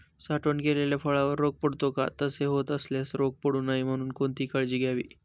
साठवण केलेल्या फळावर रोग पडतो का? तसे होत असल्यास रोग पडू नये म्हणून कोणती काळजी घ्यावी?